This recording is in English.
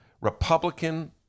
Republican